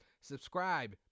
Subscribe